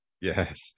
Yes